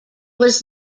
was